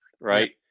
right